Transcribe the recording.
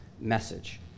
message